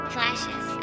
Flashes